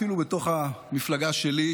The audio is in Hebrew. אפילו בתוך המפלגה שלי,